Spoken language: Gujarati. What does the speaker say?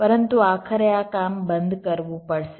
પરંતુ આખરે આ બંધ કરવું પડશે